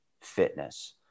fitness